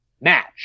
match